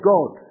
God